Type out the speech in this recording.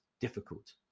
difficult